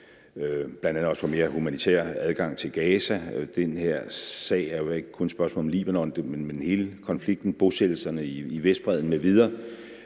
også i forhold til mere humanitær adgang til Gaza – den her sag er jo ikke kun et spørgsmål om Libanon, men det er også hele konflikten, bosættelserne i Vestbredden m.v.